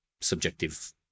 subjective